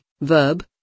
verb